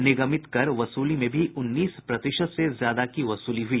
निगमित कर वसूली में भी उन्नीस प्रतिशत से ज्यादा की वसूली हुई